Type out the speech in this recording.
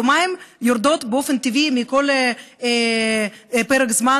יומיים יורדים באופן טבעי מכל פרק זמן